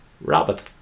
Rabbit